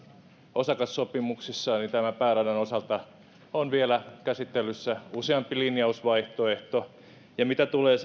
osakassopimuksissa pääradan osalta on vielä käsittelyssä useampi linjausvaihtoehto mitä tulee